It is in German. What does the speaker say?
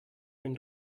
wenn